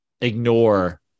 ignore